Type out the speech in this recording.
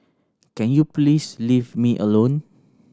can you please leave me alone